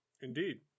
Indeed